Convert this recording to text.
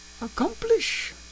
accomplish